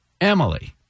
Emily